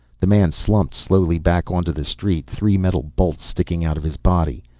the man slumped slowly back onto the street, three metal bolts sticking out of his body.